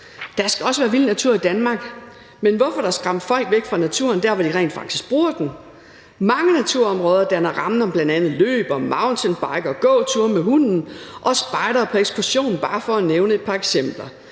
Der skal også være vild natur i Danmark, men hvorfor dog skræmme folk væk fra naturen der, hvor de rent faktisk bruger den? Mange naturområder danner rammen om bl.a. løb og mountainbike og gåture med hunden og spejdere på ekskursion. Det er bare for at nævne et par eksempler.